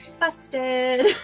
Busted